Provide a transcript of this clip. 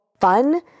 fun